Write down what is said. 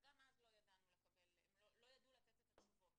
וגם אז לא ידענו לקבל הם לא ידעו לתת את התשובות